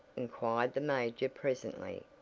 inquired the major presently,